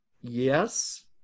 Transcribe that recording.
yes